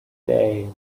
day